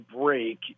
break